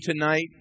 tonight